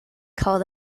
called